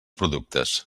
productes